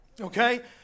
Okay